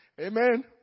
Amen